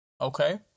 okay